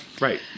Right